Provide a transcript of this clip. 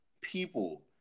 people